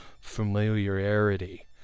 familiarity